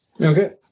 Okay